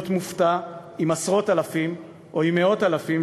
מופתע אם עשרות אלפים או אם מאות אלפים,